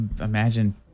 imagine